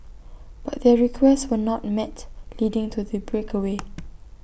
but their requests were not met leading to the breakaway